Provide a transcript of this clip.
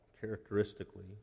characteristically